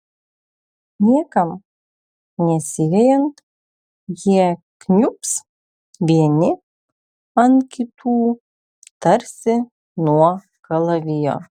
niekam nesivejant jie kniubs vieni ant kitų tarsi nuo kalavijo